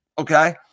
Okay